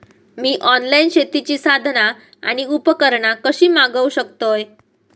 मी online शेतीची साधना आणि उपकरणा कशी मागव शकतय?